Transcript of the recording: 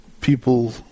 people